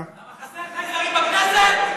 למה, חסר חייזרים בכנסת?